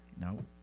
No